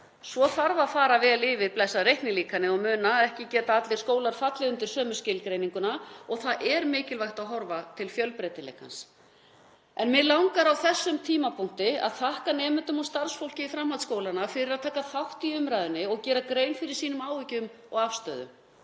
Svo þarf að fara vel yfir blessað reiknilíkanið og muna að ekki geta allir skólar fallið undir sömu skilgreininguna og það er mikilvægt að horfa til fjölbreytileikans. Mig langar á þessum tímapunkti að þakka nemendum og starfsfólki framhaldsskólanna fyrir að taka þátt í umræðunni og gera grein fyrir sínum áhyggjum og afstöðu.